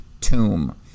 tomb